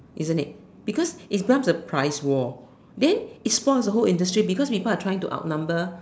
isn't it because if plus the price then it spoils the whole industry because people are trying to outnumber